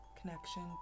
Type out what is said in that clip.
Connection